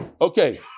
Okay